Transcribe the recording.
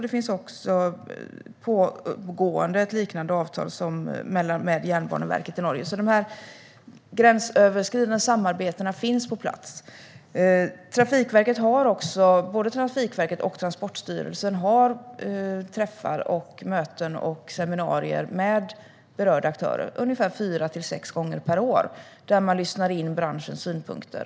Det finns också ett pågående liknande avtal med Jernbaneverket i Norge. De gränsöverskridande samarbetena finns alltså på plats. Både Trafikverket och Transportstyrelsen har träffar, möten och seminarier med berörda aktörer ungefär fyra till sex gånger per år där man lyssnar in branschens synpunkter.